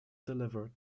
delivered